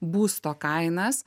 būsto kainas